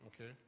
Okay